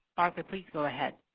arthur, please go ahead.